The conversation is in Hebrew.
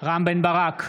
רם בן ברק,